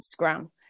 Instagram